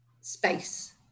space